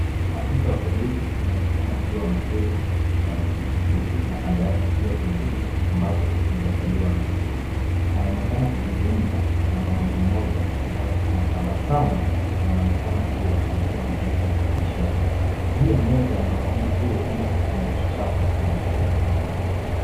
Afisa wa polisi anaonekana akiwa ameketi kwa kiti cheusi na kando yake pia kuna kiti ambacho hakijakaliwa na mtu, anaonekana kuzungumza na mwanamume mmoja ambaye anatabasamu na anaonekana kuwa alikuwa anatumia tarakilishi yake, juu ya meza mwanaume huyo pia kuna kitabu ambacho kimefunguliwa.